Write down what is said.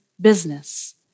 business